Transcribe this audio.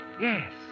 Yes